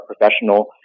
professional